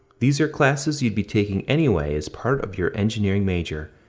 these are classes you'd be taking anyway as part of your engineering major,